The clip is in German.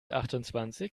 achtundzwanzig